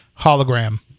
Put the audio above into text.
hologram